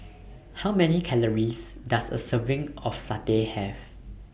How Many Calories Does A Serving of Satay Have